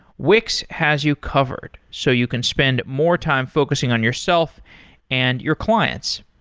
wix has you covered, so you can spend more time focusing on yourself and your clients.